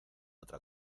otra